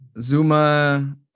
Zuma